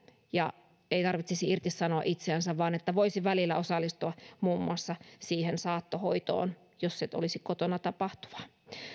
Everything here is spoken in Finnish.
ja ei tarvitsisi irtisanoa itseänsä vaan voisi välillä osallistua muun muassa siihen saattohoitoon jos se olisi kotona tapahtuvaa